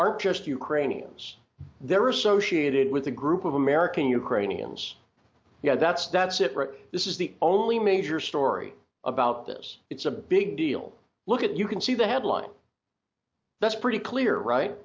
aren't just ukrainians there are associated with a group of american ukrainians yeah that's that's it right this is the only major story about this it's a big deal look at you can see the headline that's pretty clear right